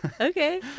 Okay